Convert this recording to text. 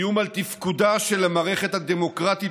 איום על תפקודה של המערכת הדמוקרטית